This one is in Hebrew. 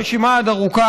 הרשימה עוד ארוכה.